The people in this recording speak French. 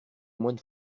moine